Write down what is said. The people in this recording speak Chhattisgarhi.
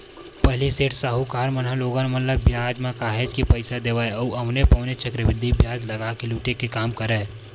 पहिली सेठ, साहूकार मन ह लोगन मन ल बियाज म काहेच के पइसा देवय अउ औने पौने चक्रबृद्धि बियाज लगा के लुटे के काम करय